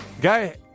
guy